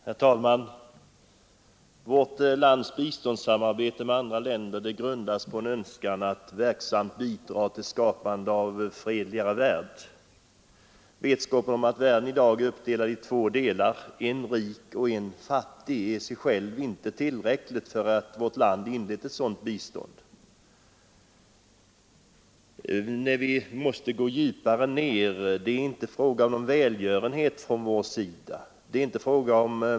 Herr talman! Vårt lands biståndssamarbete med andra länder grundas på en önskan att verksamt bidra till skapandet av en fredlig värld. Vetskapen om att världen i dag är uppdelad i en rik och en fattig del är i sig själv inte tillräcklig för att vårt land har inlett ett sådant bistånd. Nej, vi måste gå djupare ner. Det är här inte fråga om välgörenhet från vår sida.